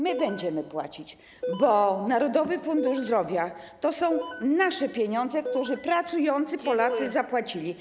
My będziemy płacić, bo Narodowy Fundusz Zdrowia to są nasze pieniądze, które pracujący Polacy wpłacili.